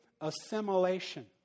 assimilation